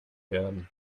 werden